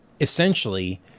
essentially